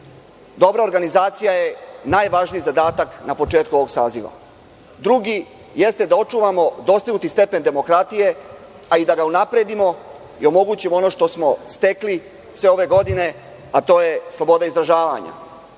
Dobra organizacija je najvažniji zadatak na početku ovog saziva. Drugi, jeste da očuvamo dostignuti stepen demokratije, a i da ga unapredimo i omogućimo ono što smo stekli sve ove godine, a to je sloboda izražavanja